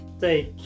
take